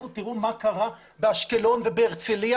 לכו תראו מה קרה באשקלון ובהרצליה.